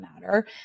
matter